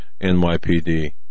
NYPD